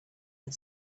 had